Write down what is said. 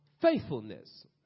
faithfulness